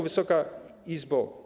Wysoka Izbo!